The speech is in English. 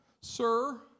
Sir